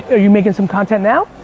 are you makin' some content now?